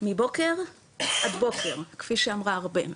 מבוקר עד בוקר, כפי שאמרה ארבל,